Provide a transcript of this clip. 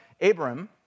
Abram